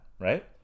right